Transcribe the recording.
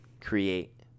create